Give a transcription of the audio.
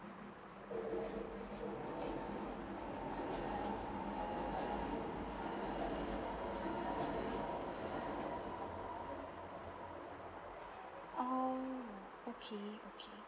orh okay okay